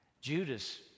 Judas